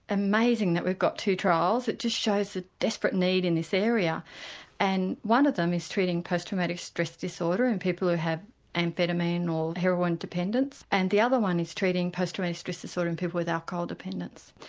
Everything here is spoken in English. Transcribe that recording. amazing that we've got two trials, it just shows the desperate need in this area and one of them is treating post traumatic stress disorder and people who have amphetamine or heroin dependence and the other one is treating post traumatic stress disorder in people with alcohol dependence.